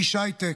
איש הייטק.